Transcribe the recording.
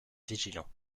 vigilants